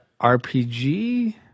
RPG